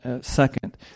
second